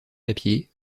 papier